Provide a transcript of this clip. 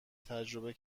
تجربه